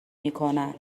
میکنن